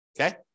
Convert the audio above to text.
Okay